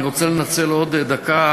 אני רוצה לנצל עוד דקה,